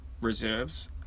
reserves